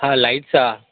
లైట్సా